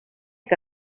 que